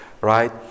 right